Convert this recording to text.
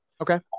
Okay